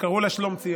שקראו לה שלומציון,